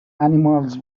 animals